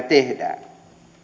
tehdään